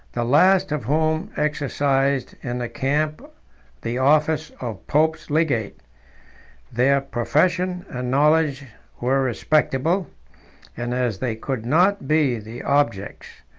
the last of whom exercised in the camp the office of pope's legate their profession and knowledge were respectable and as they could not be the objects,